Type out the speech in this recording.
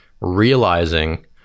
realizing